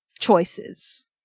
choices